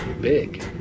big